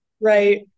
right